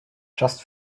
just